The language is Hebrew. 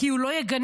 כי הוא לא יגנה,